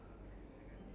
ya